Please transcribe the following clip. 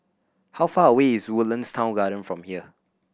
how far away is Woodlands Town Garden from here